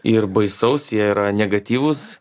ir baisaus jie yra negatyvūs